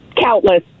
countless